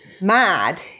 mad